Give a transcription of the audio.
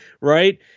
right